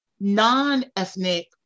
non-ethnic